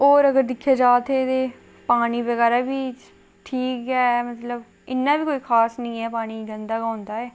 होर अगर दिक्खेआ जा इत्थै पानी बगैरा बी ठीक ऐ इन्ना बी मतलब कोई खास निं ऐ पानी गंदा गै होंदा ऐ